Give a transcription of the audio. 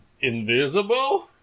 Invisible